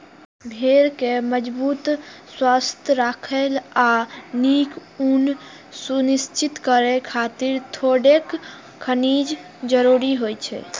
भेड़ कें मजबूत, स्वस्थ राखै आ नीक ऊन सुनिश्चित करै खातिर थोड़ेक खनिज जरूरी होइ छै